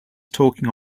talking